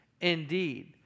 indeed